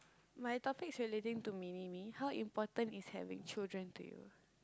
my topic is relating to mini-me how important is having children to you